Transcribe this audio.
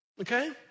Okay